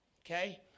okay